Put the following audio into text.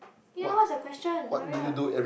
ya what's the question hurry up